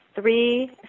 three